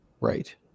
Right